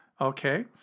okay